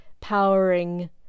powering